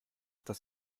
das